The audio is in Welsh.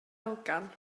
elgan